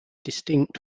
distinct